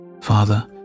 Father